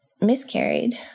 miscarried